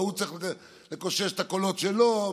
ההוא צריך לקושש את הקולות שלו,